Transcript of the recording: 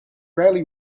rarely